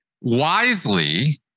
wisely